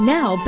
Now